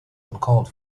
uncalled